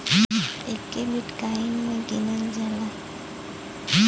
एके बिट्काइन मे गिनल जाला